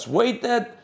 waited